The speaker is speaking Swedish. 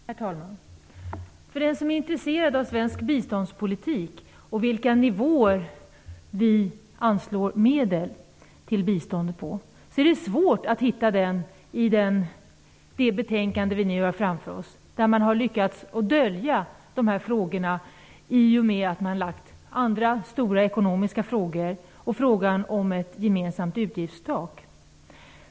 Herr talman! För den som är intresserad av svensk biståndspolitik, och av vilka nivåer vi anslår medel till bistånd på, är det svårt att hitta detta i det betänkande vi nu har framför oss. Där har man lyckats dölja dessa frågor i och med att man har lagt fram andra stora ekonomiska frågor och frågan om ett gemensamt utgiftstak.